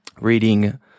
reading